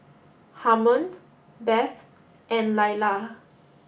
Harmon Beth and Lailah